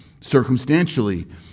Circumstantially